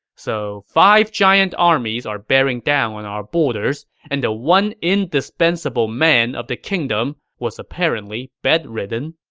so five giant armies are bearing down on our borders, and the one indispensable man of the kingdom was apparently bedridden.